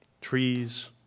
trees